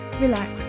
relax